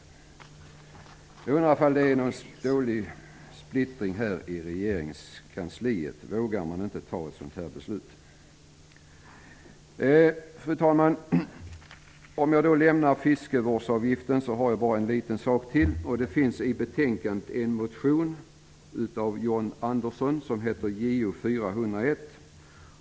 Jag undrar om det är någon splittring i regeringskansliet. Vågar de inte fatta något sådant beslut? Fru talman! Jag lämnar frågan om fiskevårdsavgiften. Det finns i betänkandet en motion av John Andersson, Jo401.